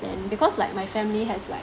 then because like my family has like